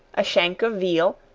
a shank of veal,